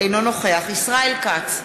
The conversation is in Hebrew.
אינו נוכח ישראל כץ,